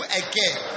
again